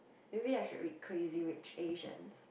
maybe I should read Crazy-Rich-Asians